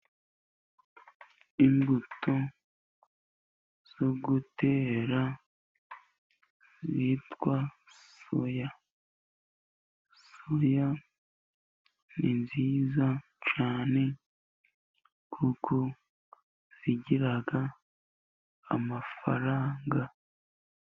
Imbuto zo gutera zitwa soya. Soya ni nziza yane, kuko zigira amafaranga.